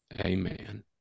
Amen